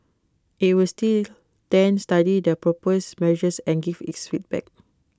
IT was then study the proposed measures and give its feedback